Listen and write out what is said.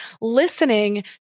listening